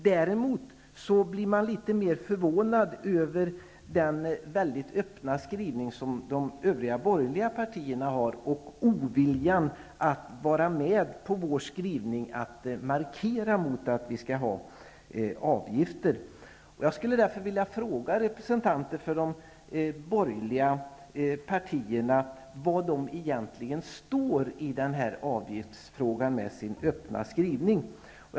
Däremot blir man litet mer förvånad över den mycket öppna skrivning som de övriga borgerliga partierna har och deras ovilja att vara med på vår skrivning och markera mot avgifter. Jag skulle därför vilja fråga representanter för de borgerliga partierna var de med sin öppna skrivning egentligen står i frågan om avgiften.